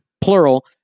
plural